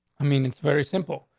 i mean, it's very simple.